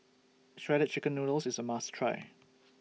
Shredded Chicken Noodles IS A must Try